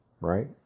right